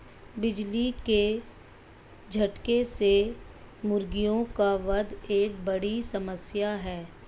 बिजली के झटके से मुर्गियों का वध एक बड़ी समस्या है